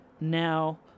now